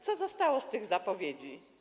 Co zostało z tych zapowiedzi?